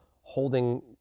holding